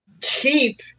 keep